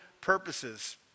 purposes